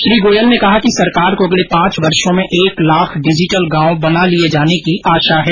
श्री गोयल ने कहा कि सरकार को अगले पांच वर्षों में एक लाख डिजिटल गांव बना लिये जाने की आशा है